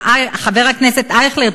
חבר הכנסת אייכלר,